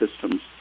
systems